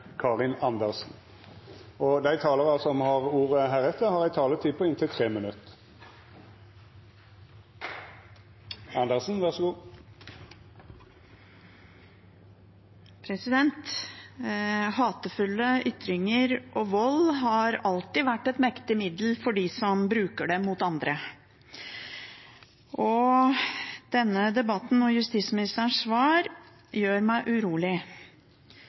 Dei talarane som heretter får ordet, har ei taletid på inntil 3 minutt. Hatefulle ytringer og vold har alltid vært et mektig middel for dem som bruker det mot andre. Og denne debatten og justisministerens svar gjør meg